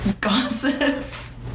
Gossips